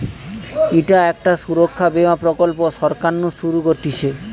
ইটা একটা সুরক্ষা বীমা প্রকল্প সরকার নু শুরু করতিছে